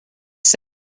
said